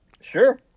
sure